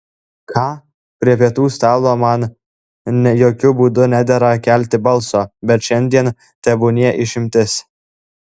ką prie pietų stalo man jokiu būdu nedera kelti balso bet šiandien tebūnie išimtis